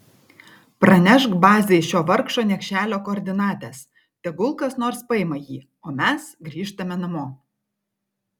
pranešk bazei šio vargšo niekšelio koordinates tegul kas nors paima jį o mes grįžtame namo